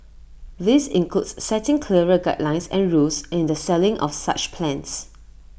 this includes setting clearer guidelines and rules in the selling of such plans